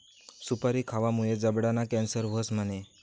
सुपारी खावामुये जबडाना कॅन्सर व्हस म्हणे?